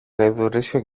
γαϊδουρίσιο